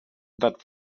that